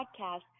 podcast